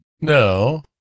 No